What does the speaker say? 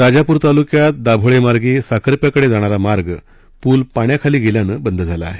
राजापूर तालुक्यात दाभोळेमार्गे साखरप्याकडे जाणारा मार्ग पूल पाण्याखाली गेल्यानं बंद झाला आहे